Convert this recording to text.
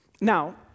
Now